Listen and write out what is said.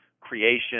Creation